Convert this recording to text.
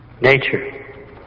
Nature